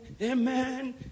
amen